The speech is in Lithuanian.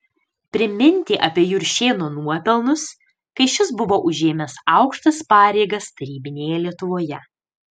priminti apie juršėno nuopelnus kai šis buvo užėmęs aukštas pareigas tarybinėje lietuvoje